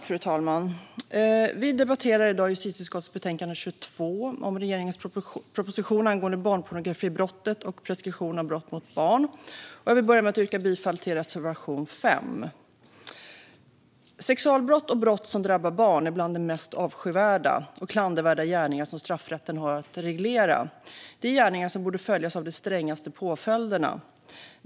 Fru talman! Vi debatterar i dag justitieutskottets betänkande 22 om regeringens proposition angående barnpornografibrottet och preskription av brott mot barn. Jag vill börja med att yrka bifall till reservation 5. Sexualbrott och brott som drabbar barn är bland de mest avskyvärda och klandervärda gärningar som straffrätten har att reglera. Det är gärningar som borde följas av de strängaste påföljderna.